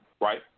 Right